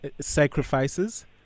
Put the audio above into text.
sacrifices